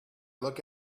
look